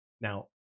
Now